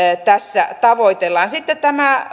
tässä tavoitellaan sitten tämä